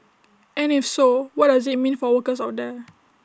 and if so what does IT mean for workers out there